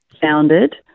founded